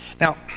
Now